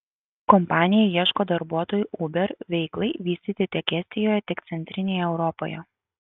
kompanija ieško darbuotojų uber veiklai vystyti tiek estijoje tiek centrinėje europoje